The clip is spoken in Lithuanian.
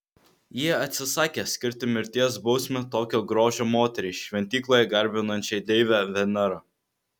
jie atsisakė skirti mirties bausmę tokio grožio moteriai šventykloje garbinančiai deivę venerą